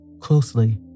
closely